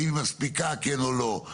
האם היא מספיקה, כן או לא?